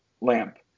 lamp